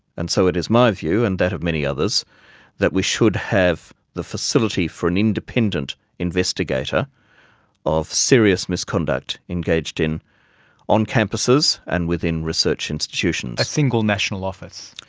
and so it is my view and that of many others that we should have the facility for an independent investigator of serious misconduct engaged in on campuses and within research institutions. a single national office?